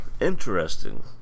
Interesting